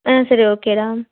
ஆ சரி ஓகேடா